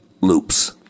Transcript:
loops